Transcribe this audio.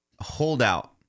Holdout